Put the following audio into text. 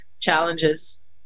challenges